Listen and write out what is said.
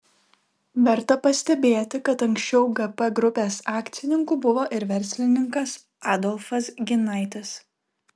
verta pastebėti kad anksčiau gp grupės akcininku buvo ir verslininkas adolfas ginaitis